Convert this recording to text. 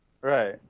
Right